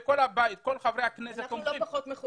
חברי הכנסת --- אנחנו מחויבים לא פחות.